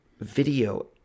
video